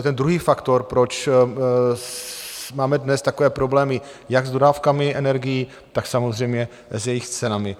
To je ten druhý faktor, proč máme dnes takové problémy jak s dodávkami energií, tak samozřejmě s jejich cenami.